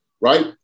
right